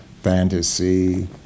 Fantasy